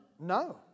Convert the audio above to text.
No